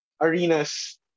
Arenas